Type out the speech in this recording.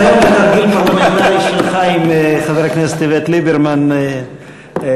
הניסיון לתרגיל פרלמנטרי שלך עם חבר הכנסת איווט ליברמן צלח,